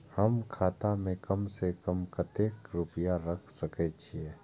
हम खाता में कम से कम कतेक रुपया रख सके छिए?